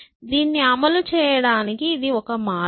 దీన్ని అమలు చేయడానికి ఇది ఒక మార్గం